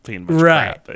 Right